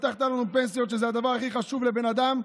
הבטחת לנו פנסיות, שזה הדבר הכי חשוב לבן אדם,